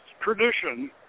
tradition